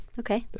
Okay